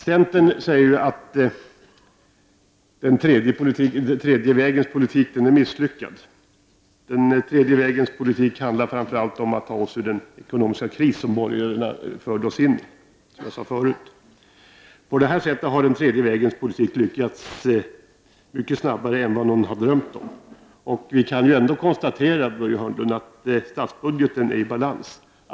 Centern säger att den tredje vägens politik är misslyckad, men den handlar framför allt om att ta landet ur den ekonomiska kris som de borgerliga regeringarna förde oss in i. På detta sätt har den tredje vägens politik lyckats åstadkomma resultat snabbare än någon kunnat drömma om. Vi kan ändå konstatera, Börje Hörnlund, att statsbudgeten är i balans.